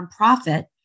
nonprofit